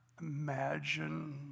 imagine